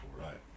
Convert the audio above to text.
right